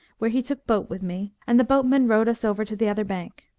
where he took boat with me, and the boatman rowed us over to the other bank.